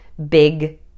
big